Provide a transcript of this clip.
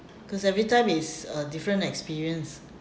cause every time is a different experience